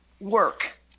work